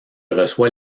reçoit